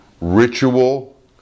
ritual